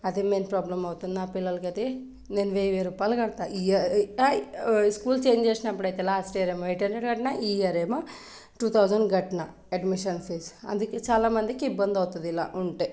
అది main problem అవుతుంది నా పిల్లలకు అది నేను వెయ్యి వెయ్యి రూపాయలు కడుతా ఇయర్ స్కూల్ చేంజ్ చేసినప్పుడు అయితే లాస్ట్ ఇయర్ ఏమో ఎయిట్ హండ్రెడ్ కట్టిన ఈ ఇయర్ ఏమో టూ థౌసండ్ కట్టిన అడ్మిషన్ ఫీజు అందుకే చాలామందికి ఇబ్బంది అవుతుంది ఇలా ఉంటే